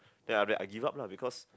then after that I give up lah because